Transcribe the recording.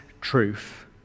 truth